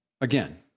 Again